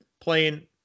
playing